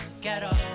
ghetto